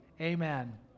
Amen